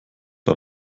bei